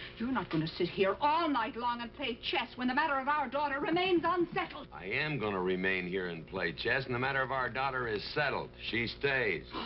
not going to sit here all night long and play chess. when the matter of our daughter remains ah unsettled. i am going to remain here and play chess, and the matter of our daughter is settled. she stays.